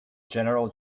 general